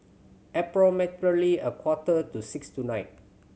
approximately a quarter to six tonight